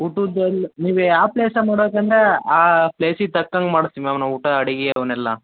ಊಟದ್ದು ಎಲ್ಲಿ ನೀವು ಯಾವ ಪ್ಲೇಸಲ್ಲಿ ಮಾಡೋಕಂದ್ರೆ ಆ ಪ್ಲೇಸ್ಗೆ ತಕ್ಕ ಹಾಗೆ ಮಾಡ್ತೀವಿ ಮ್ಯಾಮ್ ನಾವು ಊಟ ಅಡಿಗೆ ಅವನ್ನೆಲ್ಲ